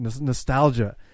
nostalgia